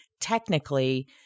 technically